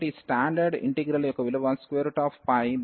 కాబట్టి ఈ standard integral యొక్క విలువ 2